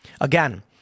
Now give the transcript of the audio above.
Again